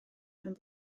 pen